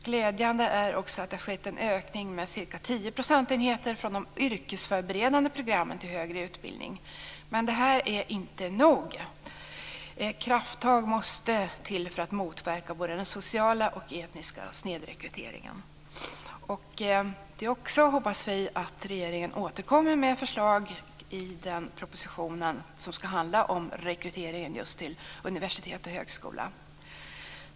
Glädjande är också att det har skett en ökning med ca 10 procentenheter av studenter från de yrkesförberedande programmen inom högre utbildning. Men det är inte nog. Krafttag måste till för att motverka både social och etnisk snedrekrytering. Vi hoppas att regeringen återkommer med förslag i den proposition som ska handla om just rekrytering till universitet och högskola.